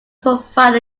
provide